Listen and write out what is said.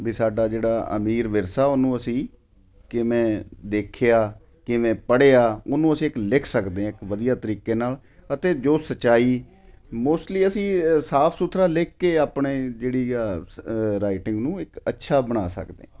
ਵੀ ਸਾਡਾ ਜਿਹੜਾ ਅਮੀਰ ਵਿਰਸਾ ਉਹਨੂੰ ਅਸੀਂ ਕਿਵੇਂ ਦੇਖਿਆ ਕਿਵੇਂ ਪੜ੍ਹਿਆ ਉਹਨੂੰ ਅਸੀਂ ਇੱਕ ਲਿਖ ਸਕਦੇ ਹਾਂ ਇੱਕ ਵਧੀਆ ਤਰੀਕੇ ਨਾਲ ਅਤੇ ਜੋ ਸੱਚਾਈ ਮੋਸਟਲੀ ਅਸੀਂ ਸਾਫ ਸੁਥਰਾ ਲਿਖ ਕੇ ਆਪਣੇ ਜਿਹੜੀ ਆ ਰਾਈਟਿੰਗ ਨੂੰ ਇੱਕ ਅੱਛਾ ਬਣਾ ਸਕਦੇ ਹਾਂ